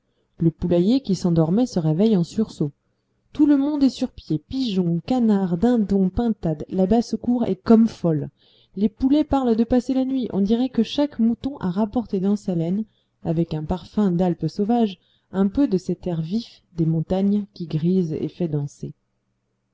le poulailler qui s'endormait se réveille en sursaut tout le monde est sur pied pigeons canards dindons pintades la basse-cour est comme folle les poulets parlent de passer la nuit on dirait que chaque mouton a rapporté dans sa laine avec un parfum d'alpe sauvage un peu de cet air vif des montagnes qui grise et qui fait danser